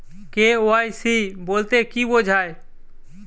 KYC বলতে কি বোঝায়?